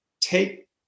take